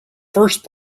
first